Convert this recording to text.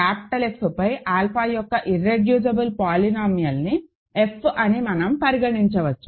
capital F పై alpha యొక్క irreducible polynomial ని F అని మనం పరిగణించవచ్చు